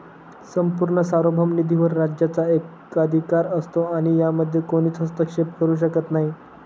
संपूर्ण सार्वभौम निधीवर राज्याचा एकाधिकार असतो आणि यामध्ये कोणीच हस्तक्षेप करू शकत नाही